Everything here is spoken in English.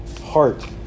heart